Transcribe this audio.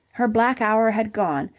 her black hour had gone,